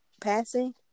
passing